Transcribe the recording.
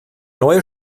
neue